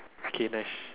K nice